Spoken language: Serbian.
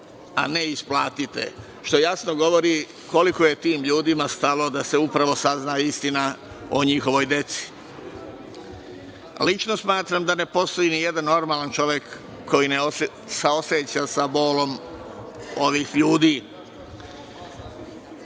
a ne isplatite. Što jasno govori koliko je tim ljudima stalo da se upravo sazna istina o njihovoj deci. Lično smatram da ne postoji nijedan normalan čovek koji se ne saoseća sa bolom ovih ljudi.